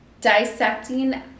dissecting